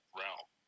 realm